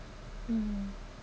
mmhmm